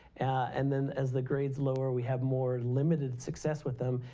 and then as the grades lower, we have more limited success with them.